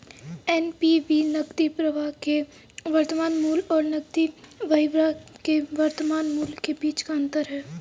NPV नकदी प्रवाह के वर्तमान मूल्य और नकदी बहिर्वाह के वर्तमान मूल्य के बीच का अंतर है